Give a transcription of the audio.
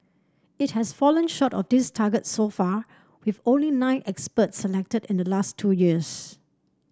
it has fallen short of this target so far with only nine experts selected in the last two years